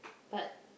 but